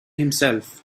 himself